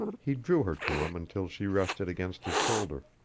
he drew her to him until she rested against his shoulder.